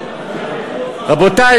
רבותי,